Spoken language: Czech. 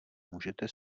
můžete